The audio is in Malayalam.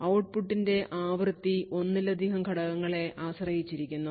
ഔട്ട്പുട്ടിന്റെ ആവൃത്തി ഒന്നിലധികം ഘടകങ്ങളെ ആശ്രയിച്ചിരിക്കുന്നു